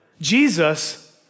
Jesus